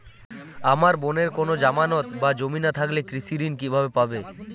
আমার বোনের কোন জামানত বা জমি না থাকলে কৃষি ঋণ কিভাবে পাবে?